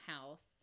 house